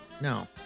No